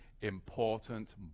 important